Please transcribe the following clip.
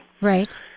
Right